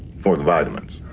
for the vitamins.